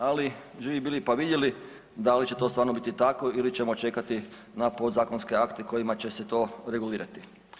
Ali živi bili pa vidjeli da li će to stvarno biti tako ili ćemo čekati na podzakonske akte kojima će se to regulirati.